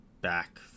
back